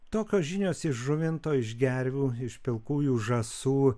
tokios žinios iš žuvinto iš gervių iš pilkųjų žąsų